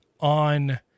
on